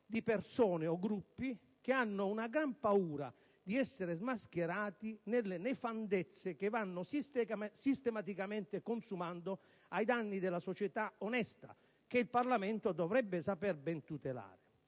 di persone o gruppi che hanno una gran paura di essere smascherati nelle nefandezze che vanno sistematicamente consumando ai danni della società onesta che il Parlamento dovrebbe sapere ben tutelare.